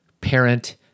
parent